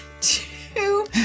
Two